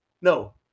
No